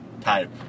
type